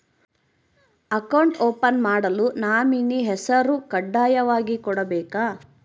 Account open ಮಾಡಲು nominee ಹೆಸರು ಕಡ್ಡಾಯವಾಗಿ ಕೊಡಬೇಕಾ?